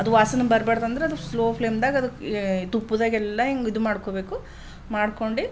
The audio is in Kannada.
ಅದು ವಾಸನೆ ಬರ್ಬಾರ್ದಂದ್ರೆ ಅದು ಸ್ಲೋ ಫ್ಲೇಮ್ದಾಗ ಅದು ತುಪ್ಪದಾಗೆಲ್ಲ ಹಿಂಗೆ ಇದು ಮಾಡ್ಕೋಬೇಕು ಮಾಡ್ಕೊಂಡು